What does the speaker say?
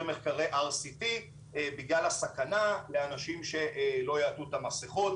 מחקרי RCT בגלל הסכנה לאנשים שלא יעטו את המסיכות.